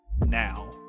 now